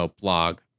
blog